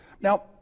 Now